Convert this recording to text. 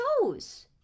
chose